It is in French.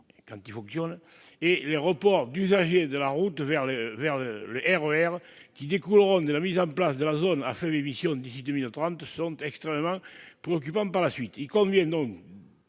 de l'implosion, et les reports d'usagers de la route vers le RER qui découleront de la mise en place de la zone à faibles émissions d'ici à 2030 sont extrêmement préoccupants par la suite. Il convient donc,